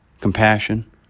compassion